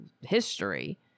history